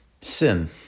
Sin